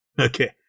okay